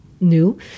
New